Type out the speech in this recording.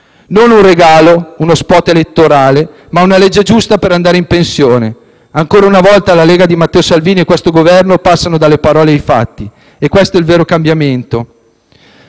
Non un regalo o uno *spot* elettorale, ma una legge giusta per andare in pensione. Ancora una volta, la Lega di Matteo Salvini e questo Governo passano dalle parole ai fatti, ecco il vero cambiamento: